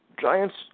Giants